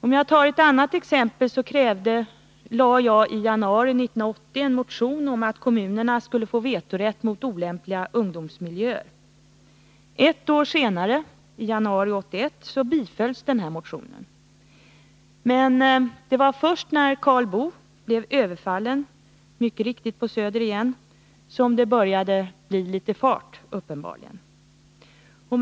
I januari 1980 väckte jag en motion om att kommunerna skulle få vetorätt mot olämpliga ungdomsmiljöer. Ett år senare, i januari 1981, bifölls denna motion. Men det var uppenbarligen först när Karl Boo blev överfallen — mycket riktigt på Söder igen — som det började bli litet fart.